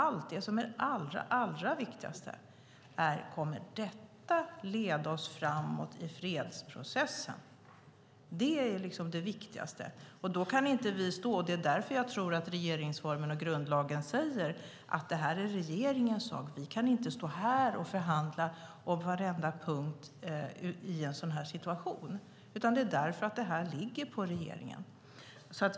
Det allra viktigaste är om det kommer att föra fredsprocessen framåt. Det är det viktigaste. Det är därför jag tror att regeringsformen och grundlagen anger att det är en sak för regeringen. Vi kan inte stå här och förhandla om varenda punkt i en sådan situation. Därför ligger det på regeringen.